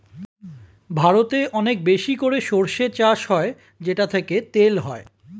ভারতে অনেক বেশি করে সরষে চাষ হয় যেটা থেকে তেল হয়